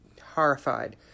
horrified